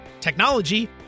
technology